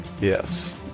Yes